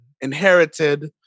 inherited